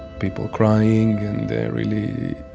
people crying, and really,